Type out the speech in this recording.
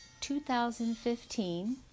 2015